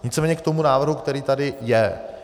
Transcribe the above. Nicméně k tomu návrhu, který tady je.